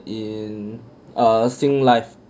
in a still life